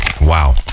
Wow